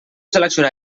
seleccionar